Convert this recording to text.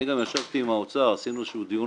אני ישבתי אצלי עם האוצר ועשינו איזשהו דיון